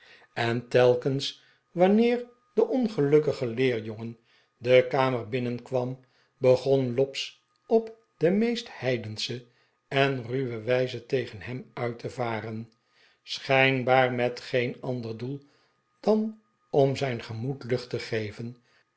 en telkens wanneer de ongelukkige de pickwick club leerjongen de kamer binnenkwam begon lobbs op de meest heidensche en ruwe wijze tegen hem uit te varen schijnbaar met geen ander doel dan om zijn gemoed lucht te geven